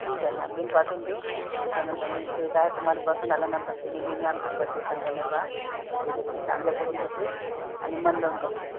ठीक आहे ना बिल पाठवून देऊ त्याच्यानंतर मग ते काय तुम्हाला पसंत आल्यानंतर तुम्ही नेहमी आमच्याच पाशी येसान का नाही बा की ही व्यक्ती चांगलं करून देते आणि मन लावून करते